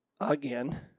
again